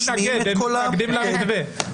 כי מערכת החינוך מאוד פתוחה,